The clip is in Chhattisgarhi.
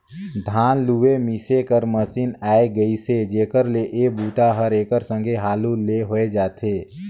धान लूए मिसे कर मसीन आए गेइसे जेखर ले ए बूता हर एकर संघे हालू ले होए जाथे